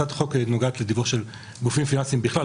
הצעת החוק נוגעת לדיווח של גופים פיננסיים בכלל,